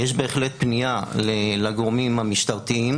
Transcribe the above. יש בהחלט פנייה לגורמים המשטרתיים